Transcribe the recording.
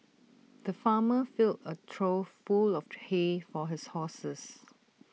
the farmer filled A trough full of hay for his horses